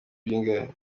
bingahe